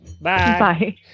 Bye